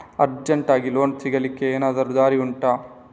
ಅರ್ಜೆಂಟ್ಗೆ ಲೋನ್ ಸಿಗ್ಲಿಕ್ಕೆ ಎನಾದರೂ ದಾರಿ ಉಂಟಾ